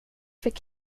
fick